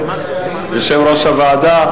יושב-ראש הוועדה.